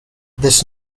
this